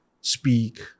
speak